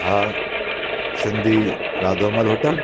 हा सिंधी रांधो मल होटल